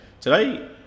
Today